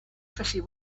pretty